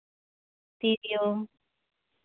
ᱛᱤᱨᱭᱚ